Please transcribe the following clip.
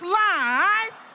lies